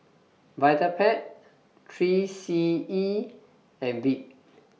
Vitapet three C E and Veet